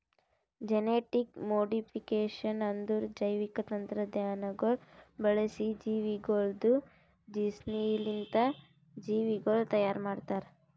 genetic modification ಅಂದುರ್ ಜೈವಿಕ ತಂತ್ರಜ್ಞಾನಗೊಳ್ ಬಳಸಿ ಜೀವಿಗೊಳ್ದು ಜೀನ್ಸ್ಲಿಂತ್ ಜೀವಿಗೊಳ್ ತೈಯಾರ್ ಮಾಡ್ತಾರ್